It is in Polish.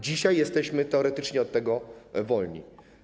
Dzisiaj jesteśmy teoretycznie od tego wolni.